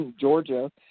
Georgia –